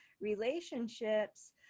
relationships